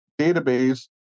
database